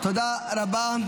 תודה רבה.